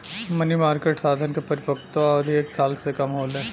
मनी market साधन क परिपक्वता अवधि एक साल से कम होले